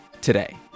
today